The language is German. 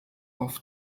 auf